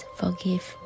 forgive